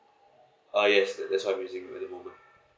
uh yes that's what I'm using at the moment